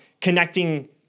connecting